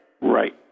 Right